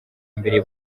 mbere